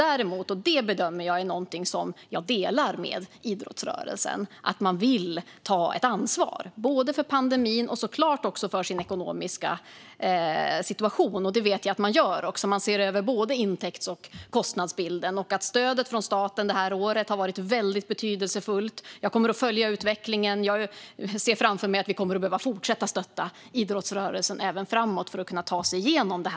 Däremot - och här tror jag att idrottsrörelsen håller med mig - vill man ta ett ansvar, både för pandemin och för sin ekonomiska situation. Det vet jag att man också gör. Man ser över både intäkts och kostnadsbilden. Stödet från staten har under det här året varit väldigt betydelsefullt. Jag kommer att följa utvecklingen och ser framför mig att vi kommer att behöva fortsätta stötta idrottsrörelsen framöver för att man ska kunna ta sig igenom detta.